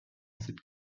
cette